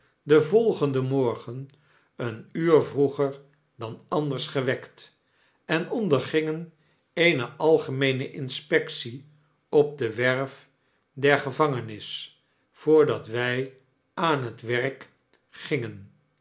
den volgenden morgen een uur vroeger dan anders gewekt en ondergingen eene algemeene inspectie op de werf der gevangenis voordat wj aan het werk gingen